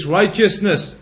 righteousness